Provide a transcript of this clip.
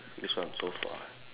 this one so far eh